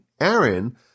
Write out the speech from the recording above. Aaron